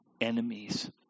enemies